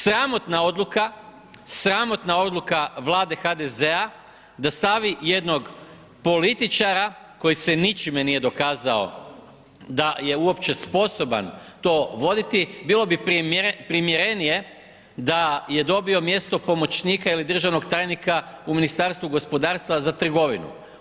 Sramotna odluka, sramotna odluka Vlade HDZ-a da stavi jednog političara koji se ničime nije dokazao da je uopće sposoban to voditi, bilo bi primjerenije da je dobio mjesto pomoćnika ili državnog tajnika u Ministarstvu gospodarstva za trgovinu.